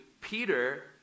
Peter